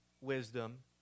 wisdom